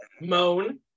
moan